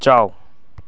ꯆꯥꯎ